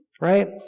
right